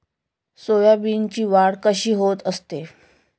सोयाबीनची वाढ कशी होत असते?